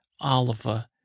Oliver